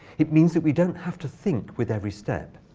it means that we don't have to think with every step.